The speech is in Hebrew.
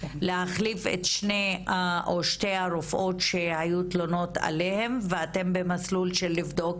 להחליף את שתי הרופאות שהיו תלונות עליהן ואתם במסלול של לבדוק